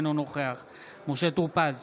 אינו נוכח משה טור פז,